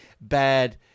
bad